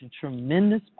tremendous